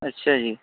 ਅੱਛਾ ਜੀ